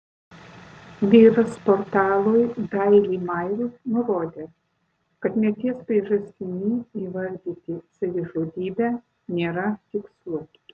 vyras portalui daily mail nurodė kad mirties priežastimi įvardyti savižudybę nėra tikslu